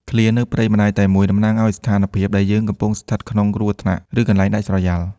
ឃ្លា «នៅព្រៃម្ដាយតែមួយ» តំណាងឱ្យស្ថានភាពដែលយើងកំពុងស្ថិតក្នុងគ្រោះថ្នាក់ ឬកន្លែងដាច់ស្រយាល។